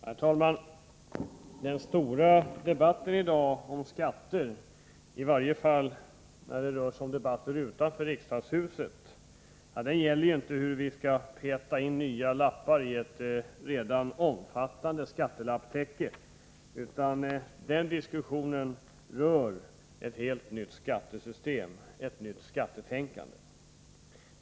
Herr talman! Den stora debatten i dag om skatter — i varje fall den debatt som förs utanför riksdagshuset — gäller inte hur vi skall få in nya lappar i ett redan omfattande skattelapptäcke, utan den rör ett helt nytt skattesystem, ett nytt skattetänkande.